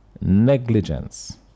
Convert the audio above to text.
negligence